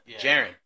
Jaren